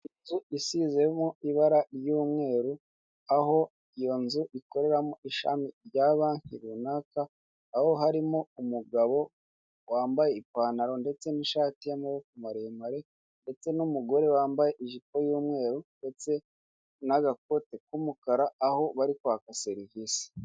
Inzu isizemo ibara ry'umweru aho iyo nzu ikoreramo ishami rya banki runaka, aho harimo umugabo wambaye ipantaro ndetse n'ishati y'amaboko maremare, ndetse n'umugore wambaye ijipo y'umweru ndetse n'agakote k'umukara aho bari kwaka serivise.